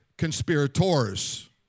conspirators